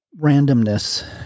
randomness